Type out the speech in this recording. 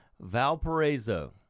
Valparaiso